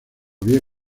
vía